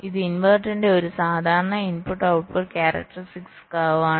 ഇത് ഇൻവെർട്ടറിന്റെ ഒരു സാധാരണ ഇൻപുട്ട് ഔട്ട്പുട്ട് ക്യാരക്റ്ററിസ്റ്റിക് കർവാണ്